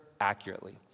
accurately